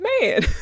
man